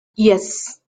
yes